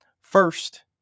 first